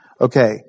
Okay